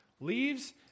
leaves